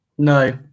No